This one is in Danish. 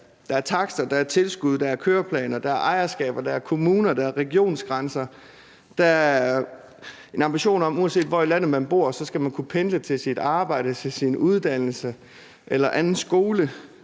Der er takster, der er tilskud, der er køreplaner, der er ejerskaber, der er kommuner, der er regionsgrænser. Der er en ambition om, at uanset hvor i landet man bor, skal man kunne pendle til sit arbejde eller til sin uddannelse eller anden skole